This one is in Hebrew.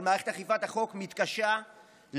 אבל מערכת אכיפת החוק מתקשה להרשיע,